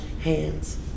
hands